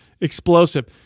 explosive